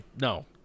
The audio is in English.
No